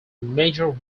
major